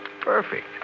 perfect